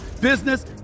business